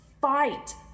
fight